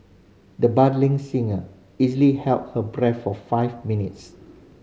the budding singer easily held her breath for five minutes